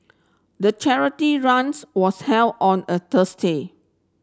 the charity runs was held on a Thursday